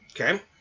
Okay